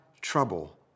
trouble